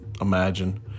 imagine